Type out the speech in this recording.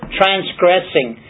transgressing